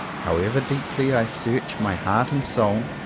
however deeply i search my heart and soul,